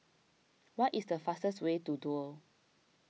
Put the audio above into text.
what is the fastest way to Duo